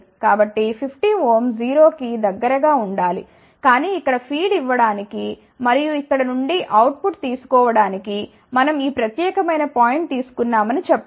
కాబట్టి 50 ఓం 0 కి దగ్గరగా ఉండాలి కాని ఇక్కడ ఫీడ్ ఇవ్వడానికి మరియు ఇక్కడ నుండి అవుట్ పుట్ తీసుకోవడానికి మనం ఈ ప్రత్యేకమైన పాయింట్ తీసుకున్నామని చెప్పండి